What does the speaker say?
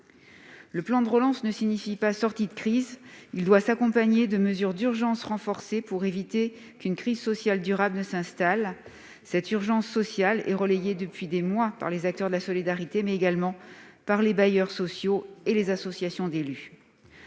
Le plan de relance ne signifie pas la sortie de la crise. Il doit s'accompagner de mesures d'urgence renforcées pour éviter qu'une crise sociale durable ne s'installe. Cette urgence sociale est relayée depuis des mois, non seulement par les acteurs de la solidarité, mais aussi par les bailleurs sociaux et les associations d'élus.